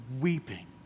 weeping